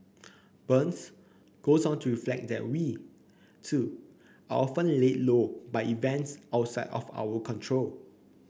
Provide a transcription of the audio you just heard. burns goes on to reflect that we too are often laid low by events outside of our control